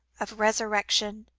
of resurrection,